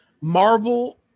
Marvel